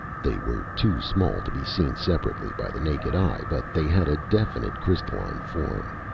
they were too small to be seen separately by the naked eye, but they had a definite crystalline form.